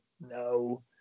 No